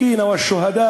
תרגום?